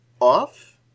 off